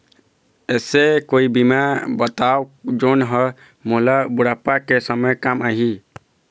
ऐसे कोई बीमा बताव जोन हर मोला बुढ़ापा के समय काम आही?